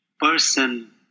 person